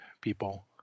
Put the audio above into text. people